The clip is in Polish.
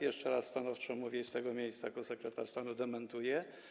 Jeszcze raz stanowczo to mówię i z tego miejsca jako sekretarz stanu to dementuję.